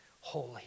holy